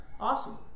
Awesome